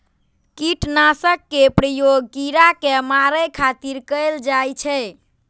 कीटनाशक के प्रयोग कीड़ा कें मारै खातिर कैल जाइ छै